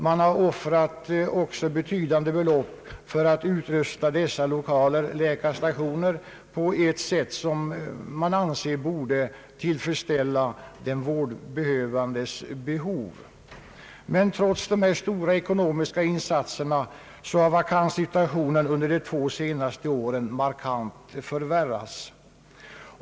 Betydande belopp har också anvisats för att utrusta läkarstationerna, och det har gjorts på ett sätt som måste anses tillfredsställa den vårdbehövandes behov. Trots dessa stora ekonomiska insatser har vakanssituationen under de två senaste åren markant förvärrats.